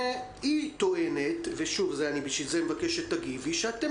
היא טוענת לכן אני מבקש שתגיבי שאתם